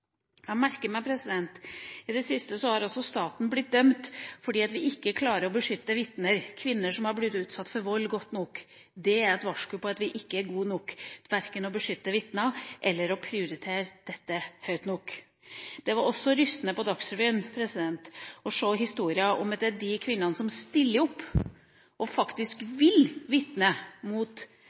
Jeg merker meg at i det siste har også staten blitt dømt fordi vi ikke klarer å beskytte vitner, kvinner som har blitt utsatt for vold, godt nok. Det er et varsku om at vi ikke er gode nok verken til å beskytte vitner eller å prioritere dette høyt nok. Det var også rystende å se historier på Dagsrevyen om de kvinnene som stiller opp og faktisk vil vitne mot